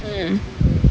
mm